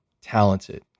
talented